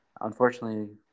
unfortunately